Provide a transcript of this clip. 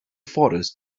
forest